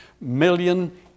million